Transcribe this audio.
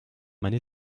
meine